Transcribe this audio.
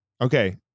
Okay